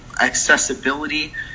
accessibility